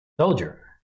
soldier